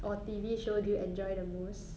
or T_V show do you enjoy the most